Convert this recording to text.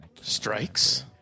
Strikes